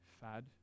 fad